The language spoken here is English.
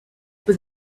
with